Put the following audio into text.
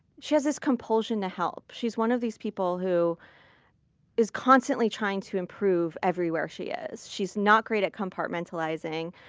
she has this compulsion to help. she's one of these people who is constantly trying to improve everywhere she is. she's not great at compartmentalizing.